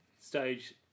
Stage